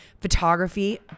photography